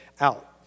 out